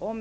ramar.